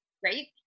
Great